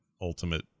ultimate